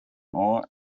ore